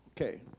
Okay